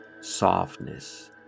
softness